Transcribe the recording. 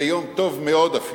זה יום טוב מאוד אפילו.